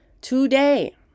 today